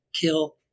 kill